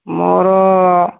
ମୋର